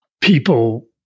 People